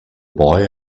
boy